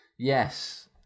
Yes